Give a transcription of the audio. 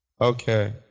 Okay